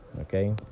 okay